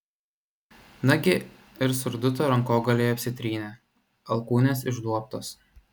nagi ir surduto rankogaliai apsitrynę alkūnės išduobtos